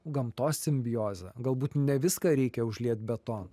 gamtos simbiozę galbūt ne viską reikia užliet betonu